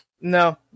No